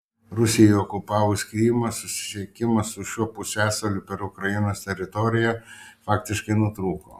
rusijai okupavus krymą susisiekimas su šiuo pusiasaliu per ukrainos teritoriją faktiškai nutrūko